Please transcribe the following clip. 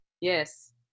yes